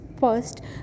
First